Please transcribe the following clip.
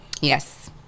Yes